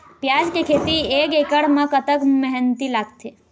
प्याज के खेती एक एकड़ म कतक मेहनती लागथे?